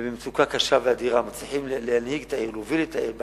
ובמצוקה קשה ואדירה מצליחים להנהיג את העיר ולהוביל את העיר בחוכמה,